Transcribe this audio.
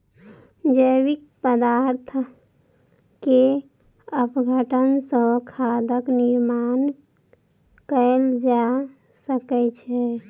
जैविक पदार्थ के अपघटन सॅ खादक निर्माण कयल जा सकै छै